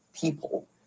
people